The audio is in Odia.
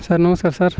ସାର୍ ନମସ୍କାର ସାର୍